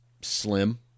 slim